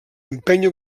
empènyer